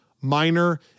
minor